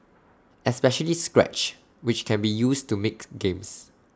especially scratch which can be used to makes games